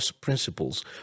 principles